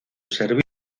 servicio